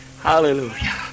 Hallelujah